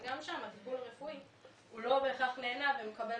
גם שם הטיפול הרפואי הוא לא בהכרח נענה ומקבל